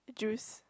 Jews